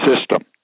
system